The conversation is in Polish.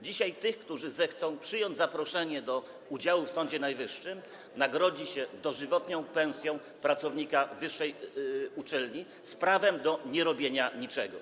Dzisiaj tych, którzy zechcą przyjąć zaproszenie do udziału w składzie Sądu Najwyższego, nagrodzi się dożywotnią pensją pracownika wyższej uczelni, z prawem do nierobienia niczego.